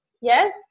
Yes